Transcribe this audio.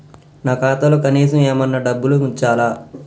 నా ఖాతాలో కనీసం ఏమన్నా డబ్బులు ఉంచాలా?